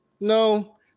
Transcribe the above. No